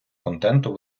контенту